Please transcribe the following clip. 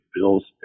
bills